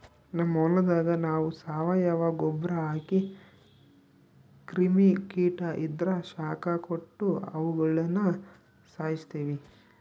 ನಮ್ ಹೊಲದಾಗ ನಾವು ಸಾವಯವ ಗೊಬ್ರ ಹಾಕಿ ಕ್ರಿಮಿ ಕೀಟ ಇದ್ರ ಶಾಖ ಕೊಟ್ಟು ಅವುಗುಳನ ಸಾಯಿಸ್ತೀವಿ